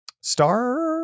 star